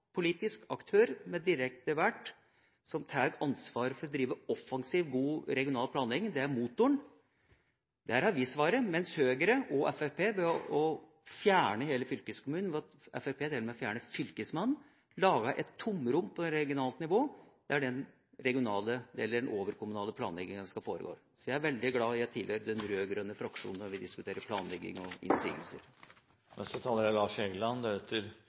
politisk aktør som er direkte valgt, som tar ansvar for å drive offensiv god regional planlegging – det er motoren, der har vi svaret, mens Høyre og Fremskrittspartiet har prøvd å fjerne hele fylkeskommunen, Fremskrittspartiet vil til og med fjerne Fylkesmannen, lage et tomrom på regionalt nivå, der den regionale eller den overkommunale planleggingen skal foregå. Jeg er veldig glad jeg tilhører den rød-grønne fraksjonen når vi diskuterer planlegging og innsigelser. Jeg er